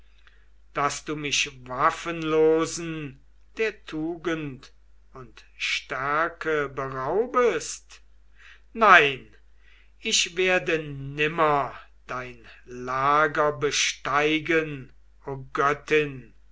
daß du mich waffenlosen der tugend und stärke beraubest nein ich werde nimmer dein lager besteigen o göttin